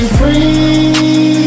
free